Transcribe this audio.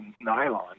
nylon